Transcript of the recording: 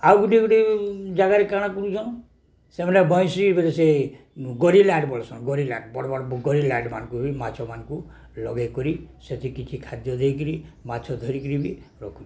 ଆଉ ଗୋଟେ ଗୋଟେ ଜାଗାରେ କାଣ କରୁଛନ୍ ସେମାନେ ବଇଁଶୀ ବୋଲେ ସେ ଗରିଲା ବଲସନ୍ ଗରିଲା ବଡ଼ ବଡ଼ ଗରିଲା ମାନଙ୍କୁ ବି ମାଛମାନଙ୍କୁ ଲଗେଇ କରି ସେଇଠି କିଛି ଖାଦ୍ୟ ଦେଇକିରି ମାଛ ଧରିକିରି ବି ରଖୁ